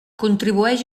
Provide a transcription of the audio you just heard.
contribueix